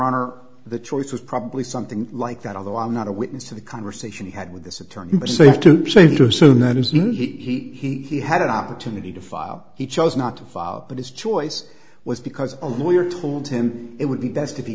honor the choice was probably something like that although i'm not a witness to the conversation he had with this attorney but safe to say to assume that his knew he had an opportunity to file he chose not to file but his choice was because of lawyer told him it would be best if he